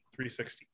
360